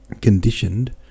conditioned